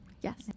Yes